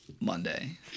Monday